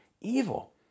evil